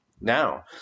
now